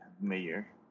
mayor